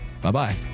Bye-bye